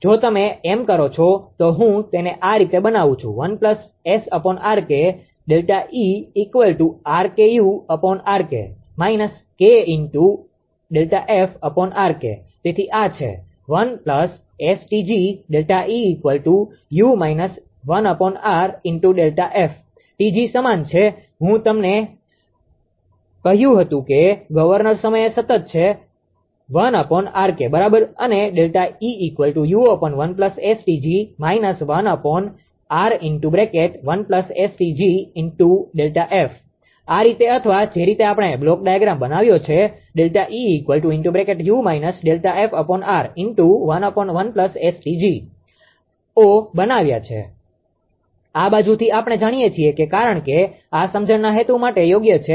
જો તમે એમ કરો છો તો હું તેને આ રીતે બનાવું છું તેથી આ છે 𝑇g સમાન છે હું મે તમને કહ્યું હતું કે ગવર્નર સમય સતત છે બરાબર અને આ રીતે અથવા જે રીતે આપણે બ્લોક ડાયાગ્રામ બનાવ્યો છે ઓ બનાવ્યા છે આ બાજુથી આપણે છીએ કારણ કે આ સમજણના હેતુ માટે યોગ્ય છે